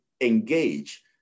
engage